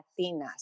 Latinas